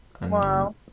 Wow